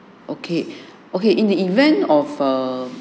okay okay in the event of a